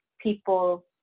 people